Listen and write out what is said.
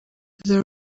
the